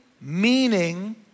meaning